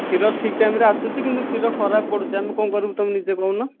କ୍ଷୀର ଠିକ୍ ଟାଇମ୍ରେ ଆସୁଛି କିନ୍ତୁ କ୍ଷୀର ଖରାପ ପଡ଼ୁଛି ଆମେ କଣ କରିବୁ ତୁମେ ନିଜେ କହୁନ